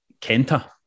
Kenta